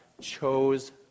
chose